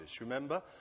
Remember